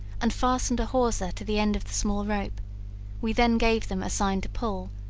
and fastened a hawser to the end of the small rope we then gave them a sign to pull,